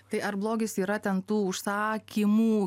tai ar blogis yra ten tų užsakymų